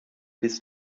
bis